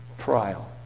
trial